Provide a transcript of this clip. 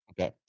Okay